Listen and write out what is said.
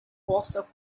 also